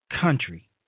Country